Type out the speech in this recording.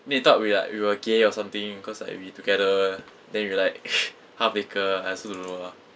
then they thought we like we were gay or something cause like we together then we like half naked I also don't know lah